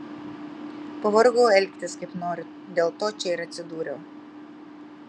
pavargau elgtis kaip noriu dėl to čia ir atsidūriau